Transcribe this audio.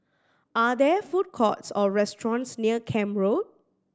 are there food courts or restaurants near Camp Road